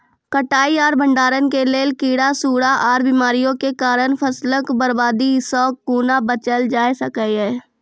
कटाई आर भंडारण के लेल कीड़ा, सूड़ा आर बीमारियों के कारण फसलक बर्बादी सॅ कूना बचेल जाय सकै ये?